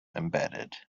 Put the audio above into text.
embedded